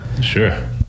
Sure